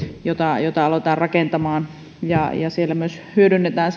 jota jota aloitetaan rakentamaan siellä myös hyödynnetään